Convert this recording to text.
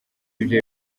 ibyo